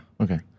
Okay